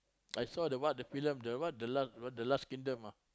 I saw the what the film the what the last the last kingdom ah